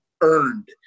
earned